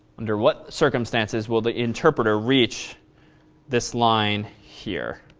under what circumstances will the interpreter reach this line here?